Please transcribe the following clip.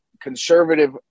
conservative